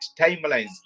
timelines